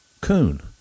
coon